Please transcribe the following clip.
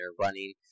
running